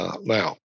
Now